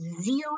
zero